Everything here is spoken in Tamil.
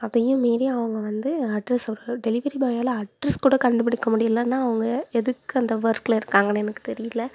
அதையும் மீறி அவங்க வந்து அட்ரெஸை சொல் டெலிவெரி பாயால் அட்ரெஸ் கூட கண்டுபிடிக்க முடியலனா அவங்க எதுக்கு அந்த ஒர்க்கில் இருக்காங்கனு எனக்கு தெரியல